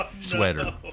sweater